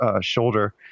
shoulder